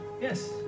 yes